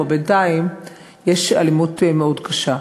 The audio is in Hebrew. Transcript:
בינתיים כבר יש אלימות מאוד קשה.